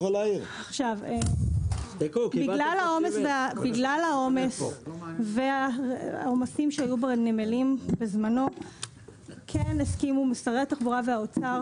בגלל העומסים שהיו בנמלים בזמנו שרי התחבורה והאוצר